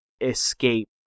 escape